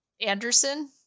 Anderson